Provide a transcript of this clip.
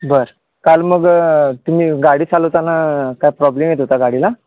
बरं काल मग तुम्ही गाडी चालवताना काय प्रॉब्लेम येत होता गाडीला